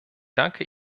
danke